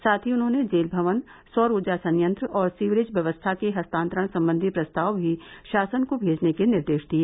साथ ही उन्होंने जेल भवन सौर ऊर्जा संयंत्र और सीवरेज व्यवस्था के हस्तांतरण संबंधी प्रस्ताव भी शासन को भेजने के निर्देश दिए